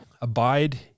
Abide